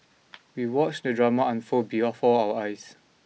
we watched the drama unfold before our eyes